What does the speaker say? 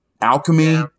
Alchemy